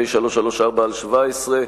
פ/334/17,